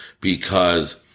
because-